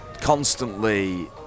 constantly